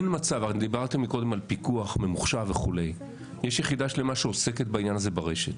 דיברתם קודם על פיקוח ממוחשב יש יחידה שלמה שעוסקת בעניין הזה ברשת.